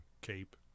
cape